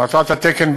מטרת התקן,